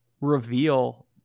reveal